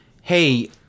hey